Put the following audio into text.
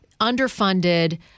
underfunded